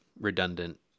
redundant